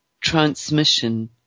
transmission